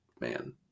man